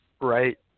right